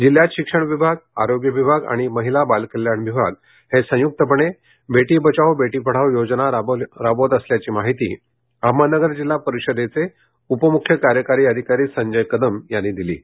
जिल्ह्यात शिक्षण विभाग आरोग्य विभाग आणि महिला बालकल्याण विभाग हे संयुक्त पणे बेटी बचाव बेटी पढाव योजना राबवली जात असल्याची माहिती अहमदनगर जिल्हा परिषदेचे उप मुख्य कार्यकारी अधिकारी संजय कदम यांनी दिली आहे